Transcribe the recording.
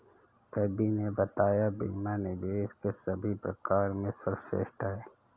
कवि ने बताया बीमा निवेश के सभी प्रकार में सर्वश्रेष्ठ है